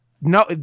No